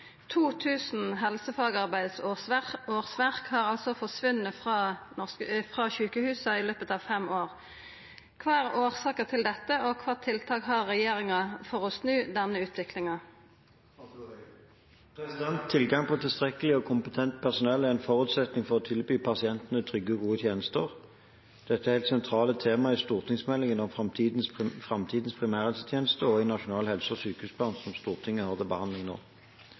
sjukehusa i løpet av 5 år. Kva er årsaka til dette, og kva tiltak har regjeringa for å snu denne utviklinga?» Tilgang på tilstrekkelig og kompetent personell er en forutsetning for å tilby pasientene trygge og gode tjenester. Dette er helt sentrale temaer i stortingsmeldingen om framtidens primærhelsetjeneste og i Nasjonal helse- og sykehusplan, som Stortinget har til behandling nå.